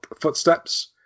footsteps